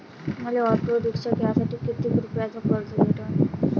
मले auto rickshaw घ्यासाठी कितीक रुपयाच कर्ज भेटनं?